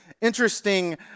interesting